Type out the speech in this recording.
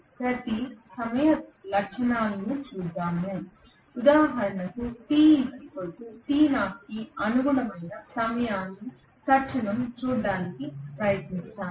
ప్రతి సమయ తక్షణాలను చూద్దాం ఉదాహరణకు t t0 కి అనుగుణమైన సమయాన్ని తక్షణం చూడటానికి ప్రయత్నిస్తాను